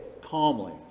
calmly